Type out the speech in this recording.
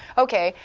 ok,